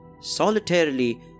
Solitarily